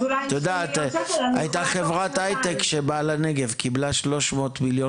אולי אם יש לי מיליון שקל אני יכולה תוך שנתיים.